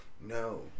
No